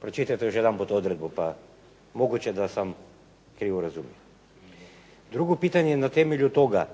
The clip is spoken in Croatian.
Pročitajte još jedanput odredbu pa moguće da sam krivo razumio. Drugo čitanje na temelju toga